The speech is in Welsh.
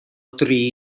dri